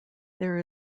there